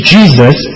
Jesus